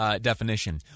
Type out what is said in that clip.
definition